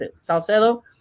Salcedo